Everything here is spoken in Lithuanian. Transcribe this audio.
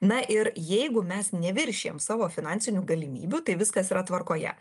na ir jeigu mes neviršijam savo finansinių galimybių tai viskas yra tvarkoje